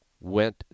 went